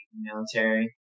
military